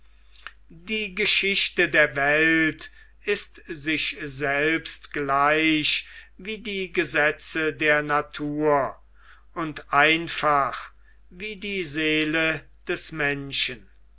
die geschichte der welt ist sich selbst gleich wie die gesetze der natur und einfach wie die seele des menschen